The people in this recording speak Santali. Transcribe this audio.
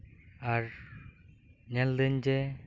ᱟᱨ ᱧᱮᱞᱫᱟᱹᱧ ᱡᱮ